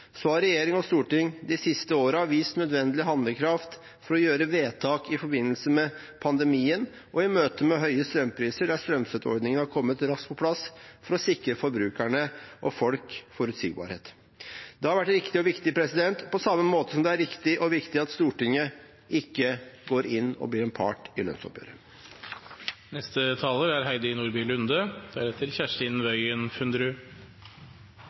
Regjering og storting har de siste årene vist nødvendig handlekraft for å gjøre vedtak i forbindelse med pandemien og i møte med høye strømpriser, der strømstøtteordningen har kommet raskt på plass for å sikre forbrukerne og folk forutsigbarhet. Det har vært riktig og viktig, på samme måte som det er riktig og viktig at Stortinget ikke går inn og blir en part i